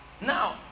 Now